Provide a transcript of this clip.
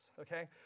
Okay